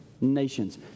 nations